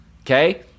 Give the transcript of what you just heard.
Okay